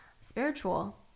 spiritual